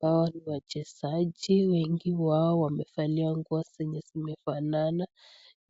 Hao ni wachezaji wengi wao wamevalia nguo zenye zimefanana